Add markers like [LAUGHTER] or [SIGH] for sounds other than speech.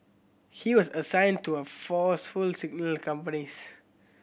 he was assigned to a Force [UNINTELLIGIBLE] Signals companies